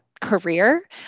career